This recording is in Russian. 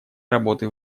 работы